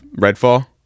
Redfall